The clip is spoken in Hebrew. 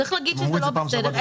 צריך להגיד שזה לא בסדר,